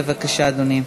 בבקשה, אדוני.